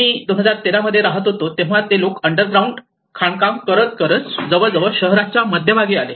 मी 2013 मध्ये राहत होतो तेव्हा ते लोक अंडरग्राउंड खाणकाम करत करत जवळजवळ शहराच्या मध्यभागी आले